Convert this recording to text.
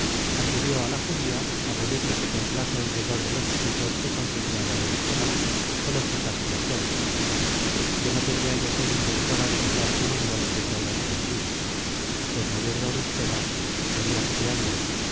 acudió á la judía á pedirle que templase el rigor de los hechizos que consumian á auristela ó los quitase del todo que no queria ella ser inventora de quitar con un golpe solo tres vidas pues muriendo auristela moria periandro